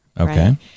Okay